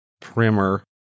primer